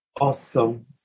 Awesome